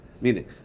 meaning